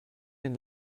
den